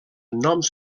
noms